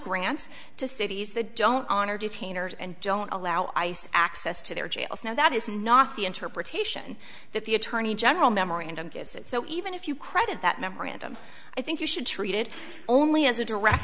grants to cities the don't honor detainers and don't allow ice access to their jails now that is not the interpretation that the attorney general memorandum gives it so even if you credit that memorandum i think you should treat it only as a direct